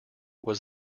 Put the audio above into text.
was